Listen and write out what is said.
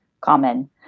common